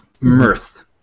Mirth